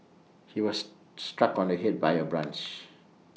he was struck on the Head by A branch